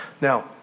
Now